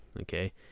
okay